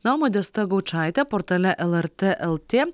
na o modesta gaučaitė portale lrt lt